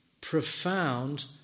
profound